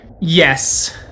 Yes